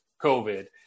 COVID